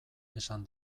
esan